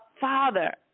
father